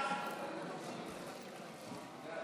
חוק